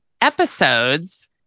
episodes